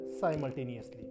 simultaneously